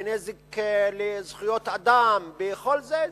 בנזק לזכויות אדם וכל זה,